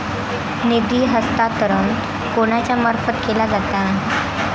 निधी हस्तांतरण कोणाच्या मार्फत केला जाता?